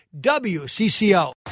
WCCO